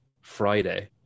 Friday